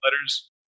letters